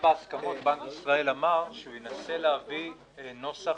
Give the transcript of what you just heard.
בהסכמות בנק ישראל אמר שהוא ינסה להביא נוסח,